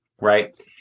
right